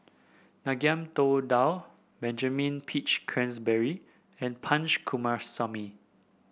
Ngiam Tong Dow Benjamin Peach Keasberry and Punch Coomaraswamy